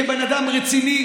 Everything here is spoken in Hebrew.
כבן אדם רציני,